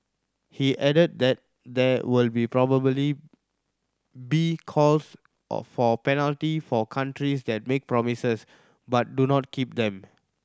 he added that there will probably be calls or for penalty for countries that make promises but do not keep them